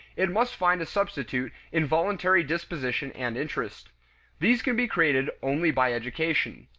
it must find a substitute in voluntary disposition and interest these can be created only by education.